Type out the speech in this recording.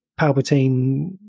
Palpatine